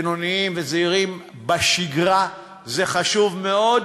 בינוניים וזעירים בשגרה, זה חשוב מאוד,